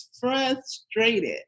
frustrated